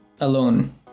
alone